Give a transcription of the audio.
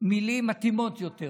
מילים מתאימות יותר.